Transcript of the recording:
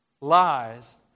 Lies